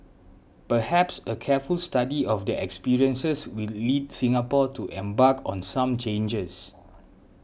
perhaps a careful study of their experiences will lead Singapore to embark on some changes